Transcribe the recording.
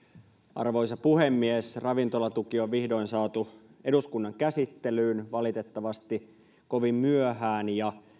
arvoisa puhemies ravintolatuki on vihdoin saatu eduskunnan käsittelyyn valitettavasti kovin myöhään